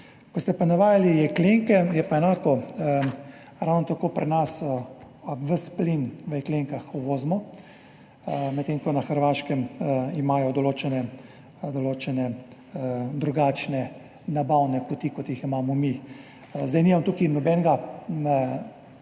Ko ste pa navajali jeklenke, je pa enako. Ravno tako pri nas ves plin v jeklenkah uvozimo, medtem ko imajo na Hrvaškem določene drugačne nabavne poti, kot jih imamo mi. Zdaj nimam tukaj nobene